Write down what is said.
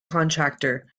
contractor